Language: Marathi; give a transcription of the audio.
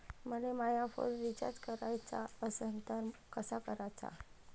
मले माया फोन रिचार्ज कराचा असन तर कसा कराचा?